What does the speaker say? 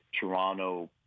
Toronto